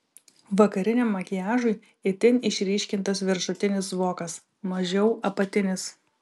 vakariniam makiažui itin išryškintas viršutinis vokas mažiau apatinis